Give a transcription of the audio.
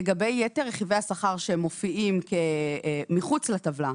לגבי יתר רכיבי השכר שמופיעים מחוץ לטבלה,